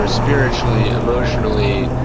ah spiritually, emotionally,